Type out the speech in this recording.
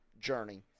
journey